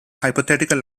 hypothetical